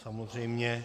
Samozřejmě.